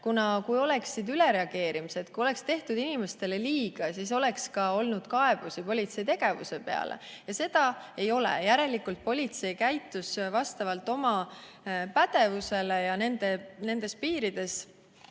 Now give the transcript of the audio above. Kui oleks olnud ülereageerimist, kui oleks tehtud inimestele liiga, siis oleks olnud ka kaebusi politsei tegevuse peale. Aga seda ei ole. Järelikult käitus politsei vastavalt oma pädevusele ja nendes piirides,